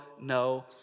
no